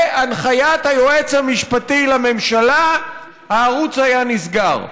הנחיית היועץ המשפטי לממשלה הערוץ היה נסגר.